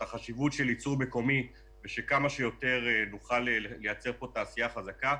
החשיבות של ייצור מקומי ושכמה שיותר נוכל לייצר פה תעשייה חזקה.